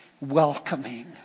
welcoming